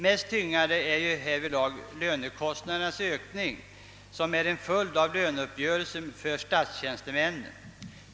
Mest tyngande härvidlag är lönekostnadernas ökning, som är en följd av löneuppgörelsen för statstjänstemännen.